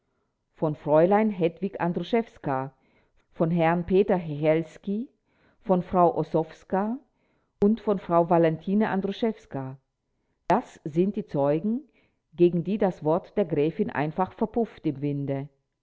von fräulein hedwig andruszewska von herrn peter hechelski von frau ossowska und von frau valentine andruszewska das sind die zeugen gegen die das wort der gräfin einfach verpufft im winde